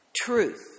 truth